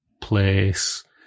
place